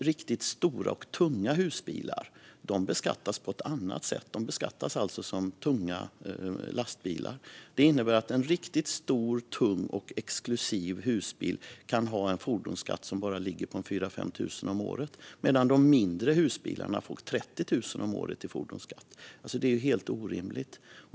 Riktigt stora och tunga husbilar beskattas på ett annat sätt, alltså som tunga lastbilar. Det innebär att en riktigt stor, tung och exklusiv husbil kan ha en fordonsskatt som bara ligger på 4 000-5 000 kronor om året, medan de mindre husbilarna får 30 000 kronor om året i fordonsskatt. Detta är helt orimligt.